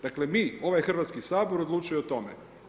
Dakle mi, ovaj Hrvatski sabor odlučuje o tome.